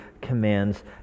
commands